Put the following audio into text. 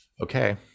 Okay